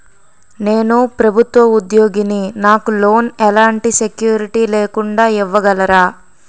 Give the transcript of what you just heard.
నేను ప్రభుత్వ ఉద్యోగిని, నాకు లోన్ ఎలాంటి సెక్యూరిటీ లేకుండా ఇవ్వగలరా?